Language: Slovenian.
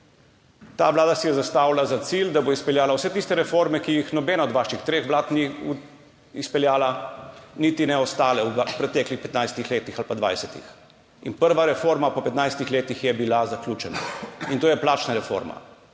Ta vlada si je zastavila za cilj, da bo izpeljala vse tiste reforme, ki jih nobena od vaših treh vlad ni izpeljala niti ne ostale v preteklih 15. ali pa 20 letih. In prva reforma po 15 letih je bila zaključena. In to je plačna reforma.